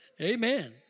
Amen